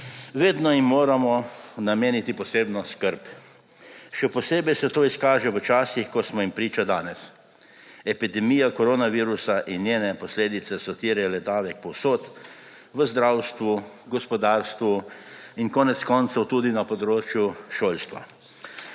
Vedno jim moramo nameniti posebno skrb. Še posebej se to izkaže v časih, kot smo jim priča danes. Epidemija koronavirusa in njene posledice so terjale davek povsod, v zdravstvu, gospodarstvu in konec koncev tudi na področju šolstva.